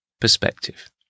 perspective